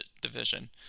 division